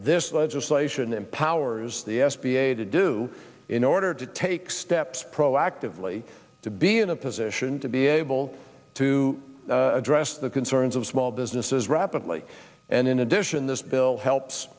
this legislation empowers the s b a to do in order to take steps proactively to be in a position to be able to address the concerns of small businesses rapidly and in addition this bill